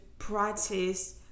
practice